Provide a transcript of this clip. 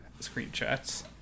screenshots